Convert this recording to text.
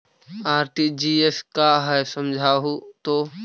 RTGS का है समझाहू तो?